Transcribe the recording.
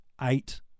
eight